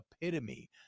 epitome